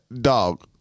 dog